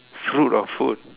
fruit or food